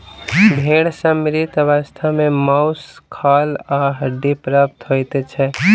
भेंड़ सॅ मृत अवस्था मे मौस, खाल आ हड्डी प्राप्त होइत छै